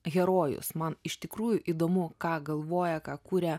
herojus man iš tikrųjų įdomu ką galvoja ką kuria